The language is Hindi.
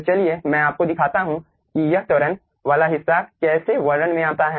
तो चलिए मैं आपको दिखाता हूं कि यह त्वरण वाला हिस्सा कैसे वर्णन में आता है